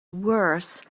worse